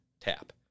tap